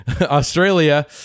Australia